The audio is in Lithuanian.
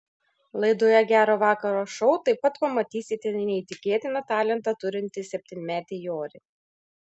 laidoje gero vakaro šou taip pat pamatysite neįtikėtiną talentą turintį septynmetį jorį